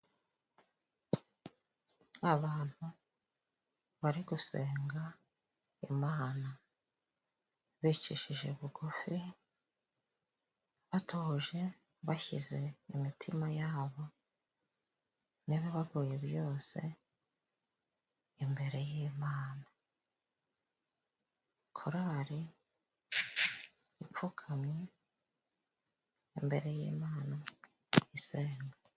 Abantu bari gusenga Imana bicishije bugufi, batuje bashyize imitima yabo n'ibibagoye byose imbere y'Imana. Korari ipfukamye imbere y'Imana isenga.